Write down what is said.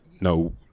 no